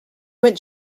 went